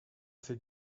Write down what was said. ses